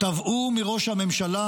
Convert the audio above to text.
תבעו מראש הממשלה,